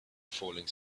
falling